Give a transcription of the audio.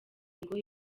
ngo